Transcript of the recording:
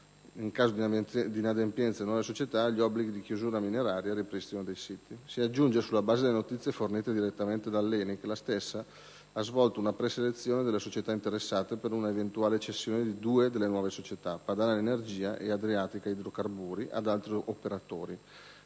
in caso di inadempienza delle nuove società agli obblighi di chiusura mineraria e ripristino dei siti. Si aggiunge, sulla base delle notizie fornite direttamente dall'ENI, che la stessa ha svolto una preselezione delle società interessate, per una eventuale cessione di due delle nuove società, Padana Energia e Adriatica Idrocarburi, ad altri operatori.